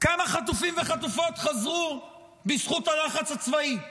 כמה חטופים וחטופות חזרו בזכות הלחץ הצבאי?